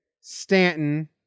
Stanton